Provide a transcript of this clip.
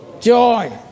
joy